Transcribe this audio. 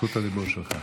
זכות הדיבור שלך.